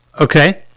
Okay